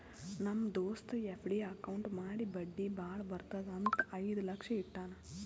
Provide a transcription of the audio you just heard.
ನಮ್ ದೋಸ್ತ FD account ಮಾಡಿ ಬಡ್ಡಿ ಭಾಳ ಬರ್ತುದ್ ಅಂತ್ ಐಯ್ದ ಲಕ್ಷ ಇಟ್ಟಾನ್